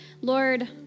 lord